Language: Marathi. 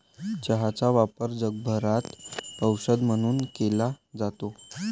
चहाचा वापर जगभरात औषध म्हणून केला जातो